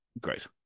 great